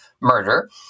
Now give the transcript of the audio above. murder